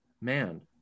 man